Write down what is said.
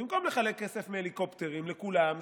במקום לחלק כסף מהליקופטרים לכולם,